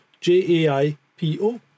j-a-i-p-o